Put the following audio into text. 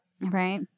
Right